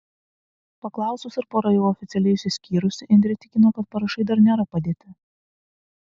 paklausus ar pora jau oficialiai išsiskyrusi indrė tikino kad parašai dar nėra padėti